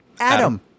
adam